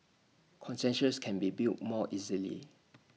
consensus can be built more easily